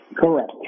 Correct